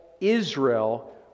Israel